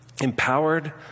Empowered